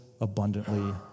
abundantly